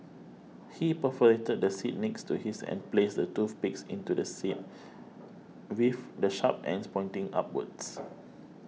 he perforated the seat next to his and placed the toothpicks into the seat with the sharp ends pointing upwards